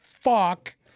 fuck